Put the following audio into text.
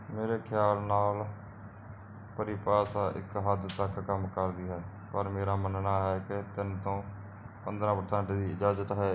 ਮੇਰੇ ਖਿਆਲ ਨਾਲ ਪਰਿਭਾਸ਼ਾ ਇੱਕ ਹੱਦ ਤੱਕ ਕੰਮ ਕਰਦੀ ਹੈ ਪਰ ਮੇਰਾ ਮੰਨਣਾ ਹੈ ਕਿ ਤਿੰਨ ਤੋਂ ਪੰਦਰਾਂ ਪਰਸੈਂਟ ਦੀ ਇਜਾਜ਼ਤ ਹੈ